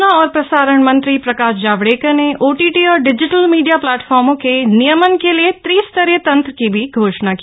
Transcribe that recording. सूचना और प्रसारण मंत्री प्रकाश जावडेकर ने ओटीटी और डिजिटल मीडिया प्लेटफार्मो के नियमन के लिए त्रिस्तरीय तंत्र की भी घोषणा की